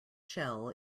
shell